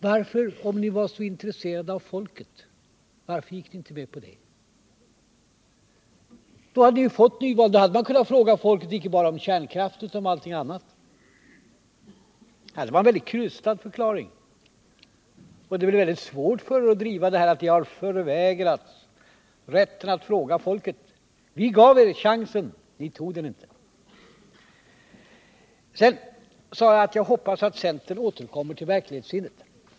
Varför gick ni inte med på det, om ni var så intresserade av folkets uppfattning? Då hade vi ju fått nyval, och då hade man kunnat fråga folket till råds icke bara om kärnkraften utan också i alla andra avseenden. Er förklaring påden punkten måste bli mycket krystad, och det är väl mycket svårt för er att driva påståendet att ni har förvägrats rätten att tillfråga folket. Vi gav er chansen, men ni tog den inte. Jag sade vidare att jag hoppades att centern skulle få tillbaka verklighetssinnet.